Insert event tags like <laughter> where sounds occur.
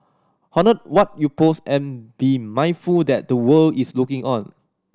<unintelligible> what you post and be mindful that the world is looking on